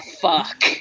fuck